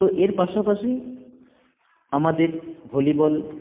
তো এর পাশাপাশি আমাদের ভলিবল